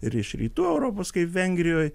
ir iš rytų europos kaip vengrijoj